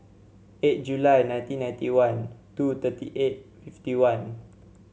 eight July nineteen ninety one two thirty eight fifty one